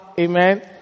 Amen